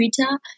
Twitter